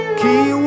key